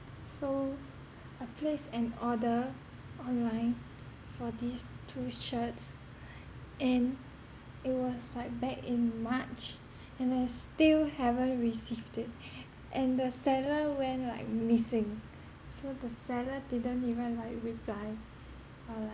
so I place an order online for these two shirts and it was like back in march and I still haven't received it and the seller went like missing so the seller didn't even like reply or like